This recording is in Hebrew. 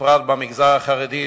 ובפרט במגזר החרדי,